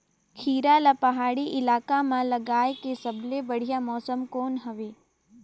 खीरा ला पहाड़ी इलाका मां लगाय के सबले बढ़िया मौसम कोन हवे?